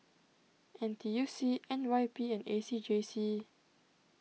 N T U C N Y P and A C J C